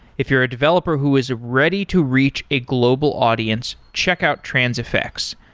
if you're a developer who is ready to reach a global audience, check out transifex.